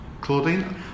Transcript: Claudine